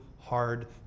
hard